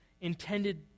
intended